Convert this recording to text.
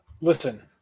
Listen